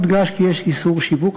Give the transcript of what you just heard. יודגש כי יש איסור שיווק,